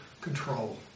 control